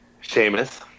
Sheamus